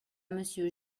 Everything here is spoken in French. monsieur